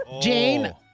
Jane